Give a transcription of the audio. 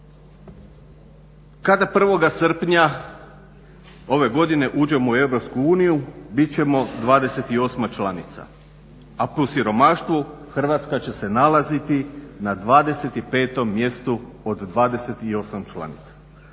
Kada 1. srpnja ove godine uđemo u EU bit ćemo 28 članica, a po siromaštvu Hrvatska će se nalaziti na 25 mjestu od 28 članica.